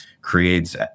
creates